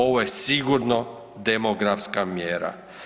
Ovo je sigurno demografska mjera.